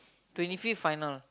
twenty fifth final